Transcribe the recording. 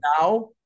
now